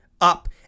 up